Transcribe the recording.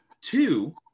two